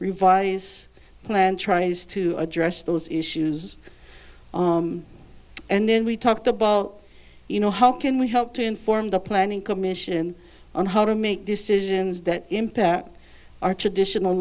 revise plan tries to address those issues and then we talked about you know how can we help to inform the planning commission on how to make decisions that impact our traditional